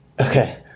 Okay